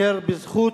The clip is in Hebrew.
אשר בזכות